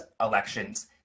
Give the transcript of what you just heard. elections